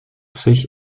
sich